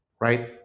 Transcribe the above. right